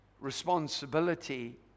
responsibility